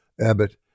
Abbott